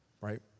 right